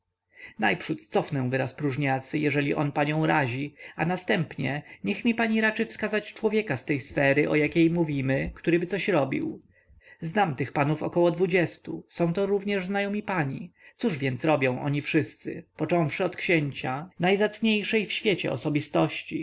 cofnę wyraz próżniacy jeżeli on panią razi a następnie niech mi pani raczy wskazać człowieka z tej sfery o jakiej mówimy któryby coś robił znam tych panów około dwudziestu sąto również znajomi pani cóż więc robią oni wszyscy począwszy od księcia najzacniejszej w świecie osobistości